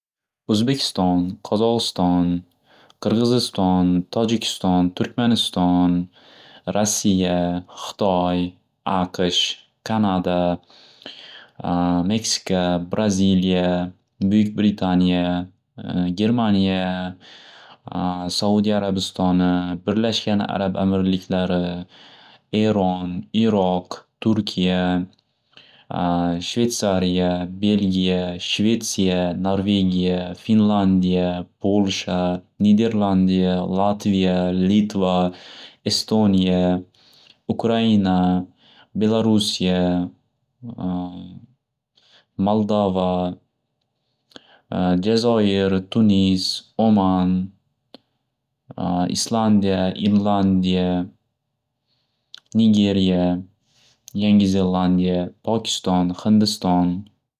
O'zbekiston, Qozog'iston, Qirg'iziston, Tojikiston, Turkmaniston, Rassiya, Xitoy, AQSH, Kanada, Meksika, Brazilya, Buyuk Britanya, Germaniya, Soudiya Arabistoni, Birlashgan Arab Amirliklari, Eron, Iroq, Turkiya, Shvetsariya, Belgiya Shvetsiya, Narvegiya, Finlandiya, Polsha, Niderlandiya, Latviya, Litva, Estoniya, Ukraina, Belarusiya, Maldava, Jazoir, Tunis, Oman, Islandiya, Irlandiya, Nigeriya, Yangi Zellandiya, Pokiston, Hindiston.